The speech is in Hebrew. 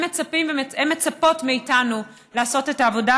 הן מצפות מאיתנו לעשות את העבודה,